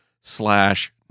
slash